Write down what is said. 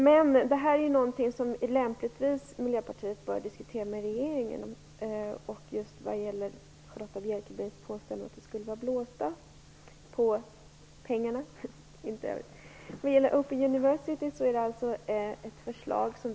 Charlotta Bjälkebrings påstående att vi skulle vara "blåsta" på pengarna är något som Miljöpartiet lämpligtvis bör diskutera med regeringen.